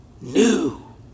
new